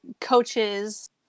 coaches